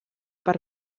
per